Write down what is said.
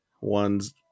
ones